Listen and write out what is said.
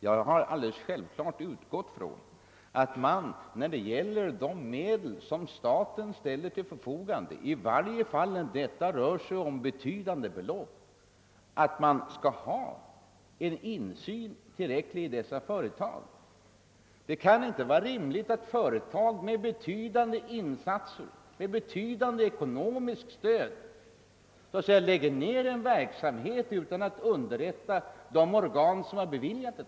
Jag har utgått från som alldeles självklart att man skall ha tillräcklig insyn i de företag som får ekonomiskt stöd av staten, uppgående till mycket betydande belopp. Det kan inte vara rimligt att företag som erhåller ett betydande ekonomiskt stöd sedan lägger ned sin verksamhet utan att underrätta de organ som beviljat stödet.